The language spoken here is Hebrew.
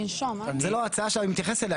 זו לא ההצעה שאני מתייחס אליה,